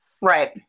Right